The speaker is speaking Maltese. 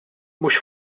mhux